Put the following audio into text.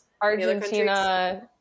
Argentina